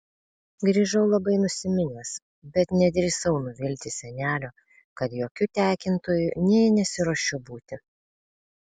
grįžau labai nusiminęs bet nedrįsau nuvilti senelio kad jokiu tekintoju nė nesiruošiu būti